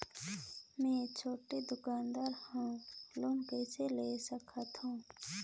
मे छोटे दुकानदार हवं लोन कइसे ले सकथव?